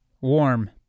Warm